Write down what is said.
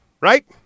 Right